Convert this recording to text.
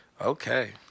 Okay